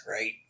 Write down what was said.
right